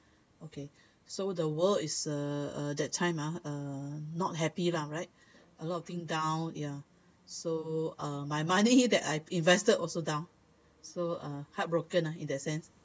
okay so the world is uh uh that time ah not happy lah right a lot of things down ya so uh my money here that I invested also down so uh heart broken lah in that sense